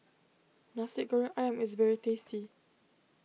Nasi Goreng Ayam is very tasty